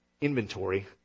inventory